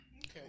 Okay